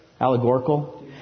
allegorical